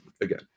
again